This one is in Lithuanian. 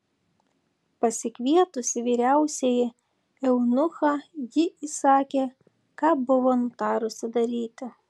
pasikvietusi vyriausiąjį eunuchą ji įsakė ką buvo nutarusi daryti